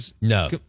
No